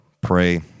pray